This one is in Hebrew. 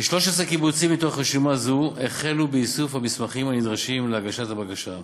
כ-13 קיבוצים מתוך רשימה זו החלו באיסוף המסמכים הנדרשים להגשת הבקרה.